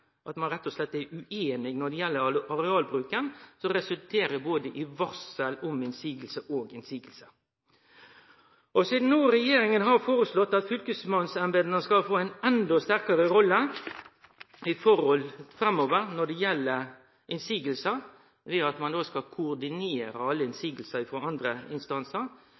rett og slett ueinige når det gjeld arealbruken, og det resulterer i både varsel om motsegn og motsegn. Sidan regjeringa no har foreslått at fylkesmannsembeta skal få ei enda sterkare rolle framover når det gjeld motsegner, ved at ein skal koordinere alle motsegner frå andre instansar,